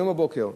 היום בבוקר,